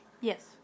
yes